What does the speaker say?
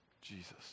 Jesus